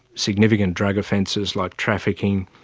significant drug offences like trafficking,